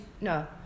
no